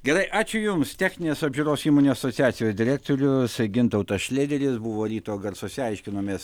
gerai ačiū jums techninės apžiūros įmonių asociacijos direktorius gintautas šlėderis buvo ryto garsuose aiškinomės